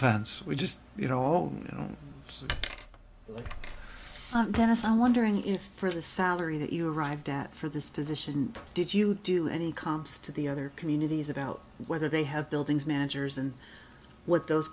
fence we just you know all you know tennis i'm wondering if for the salary that you arrived at for this position did you do any comes to the other communities about whether they have buildings managers and what